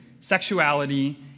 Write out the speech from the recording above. sexuality